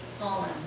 fallen